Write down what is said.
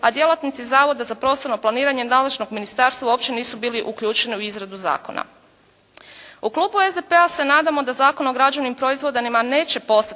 a djelatnici Zavoda za prostorno planiranje nadležnog ministarstva uopće nisu bili uključeni u izradu zakona. U klubu SDP-a se nadamo da Zakon o građevnim proizvodima neće postati